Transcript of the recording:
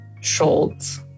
Schultz